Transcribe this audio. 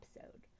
episode